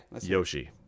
Yoshi